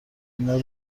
اینا